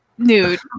Nude